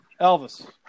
Elvis